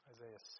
Isaiah